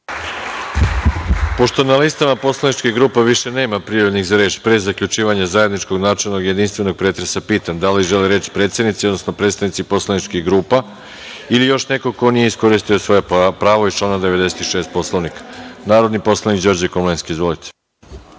Pošto na listi poslaničkih grupa nema više prijavljenih za reč, pre zaključivanja zajedničkog načelnog jedinstvenog pretresa, pitam da li žele reč predsednici, odnosno predstavnici poslaničkih grupa ili još neko ko nije iskoristio svoje pravo iz člana 96. Poslovnika? Reč ima narodni poslanik Đorđe Komlenski. Izvolite.